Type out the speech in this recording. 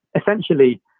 essentially